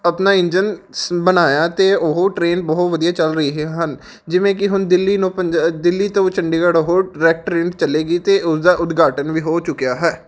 ਆਪਣਾ ਇੰਜਨ ਸ ਬਣਾਇਆ ਅਤੇ ਉਹ ਟ੍ਰੇਨ ਬਹੁਤ ਵਧੀਆ ਚੱਲ ਰਹੀਆਂ ਹਨ ਜਿਵੇਂ ਕਿ ਹੁਣ ਦਿੱਲੀ ਨੂੰ ਪੰਜ ਦਿੱਲੀ ਤੋਂ ਚੰਡੀਗੜ੍ਹ ਉਹ ਚੱਲੇਗੀ ਅਤੇ ਉਸਦਾ ਉਦਘਾਟਨ ਵੀ ਹੋ ਚੁੱਕਿਆ ਹੈ